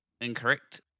incorrect